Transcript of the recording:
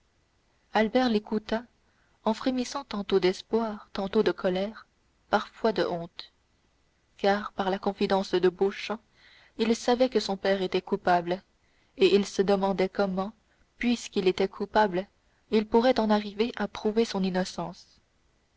albert l'écouta en frémissant tantôt d'espoir tantôt de colère parfois de honte car par la confidence de beauchamp il savait que son père était coupable et il se demandait comment puisqu'il était coupable il pourrait en arriver à prouver son innocence